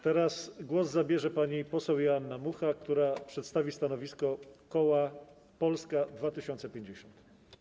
Teraz głos zabierze pani poseł Joanna Mucha, która przedstawi stanowisko koła Polska 2050.